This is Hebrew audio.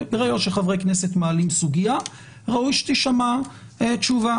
ברגע שחברי כנסת מעלים סוגיה ראוי שתישמע תשובה.